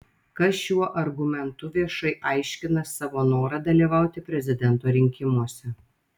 kas šiuo argumentu viešai aiškina savo norą dalyvauti prezidento rinkimuose